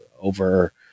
over